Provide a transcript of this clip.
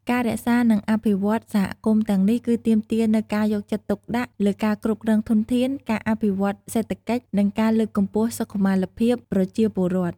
ការរក្សា និងអភិវឌ្ឍន៍សហគមន៍ទាំងនេះ គឺទាមទារនូវការយកចិត្តទុកដាក់លើការគ្រប់គ្រងធនធាន ការអភិវឌ្ឍន៍សេដ្ឋកិច្ច និងការលើកកម្ពស់សុខុមាលភាពប្រជាពលរដ្ឋ។